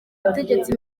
ubutegetsi